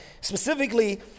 specifically